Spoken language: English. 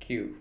Kew